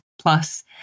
plus